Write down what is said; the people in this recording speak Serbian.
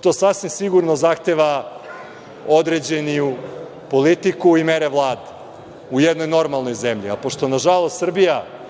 To sasvim sigurno zahteva određenu politiku i mere Vlade u jednoj normalnoj zemlji, a pošto nažalost Srbija